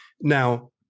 Now